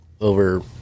over